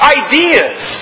ideas